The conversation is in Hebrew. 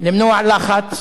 למנוע לחץ,